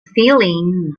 feeling